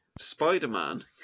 Spider-Man